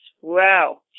wow